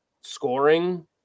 scoring